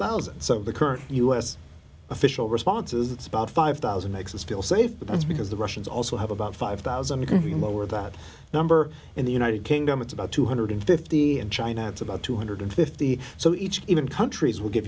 thousand some of the current u s official responses it's about five thousand makes us feel safe but that's because the russians also have about five thousand going to lower that number in the united kingdom it's about two hundred and fifty and china it's about two hundred and fifty so each even countries will give